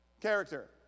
Character